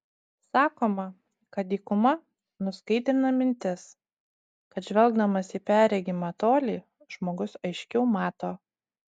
sakoma kad dykuma nuskaidrina mintis kad žvelgdamas į perregimą tolį žmogus aiškiau mato